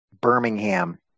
Birmingham